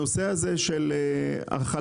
הנושא הזה של החלב,